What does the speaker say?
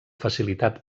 facilitat